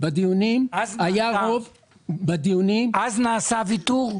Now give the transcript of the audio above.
אז נעשה הוויתור?